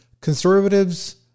Conservatives